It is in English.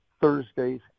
Thursdays